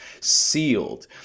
sealed